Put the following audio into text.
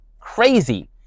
Crazy